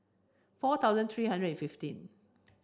four thousand three hundred and fifteen